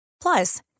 Plus